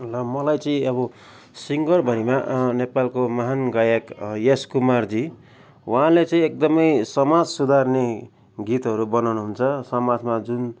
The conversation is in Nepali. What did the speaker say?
र मलाई चाहिँ अब सिङ्गरभरिमा नेपालको महान गायक यस कुमारजी उहाँले चाहिँ एकदमै समाज सुधार्ने गीतहरू बनाउनुहुन्छ समाजमा जुन